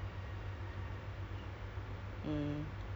she got stable job she's she's um